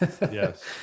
yes